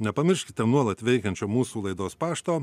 nepamirškite nuolat veikiančio mūsų laidos pašto